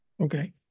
Okay